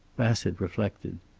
bassett reflected.